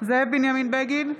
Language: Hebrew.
זאב בנימין בגין,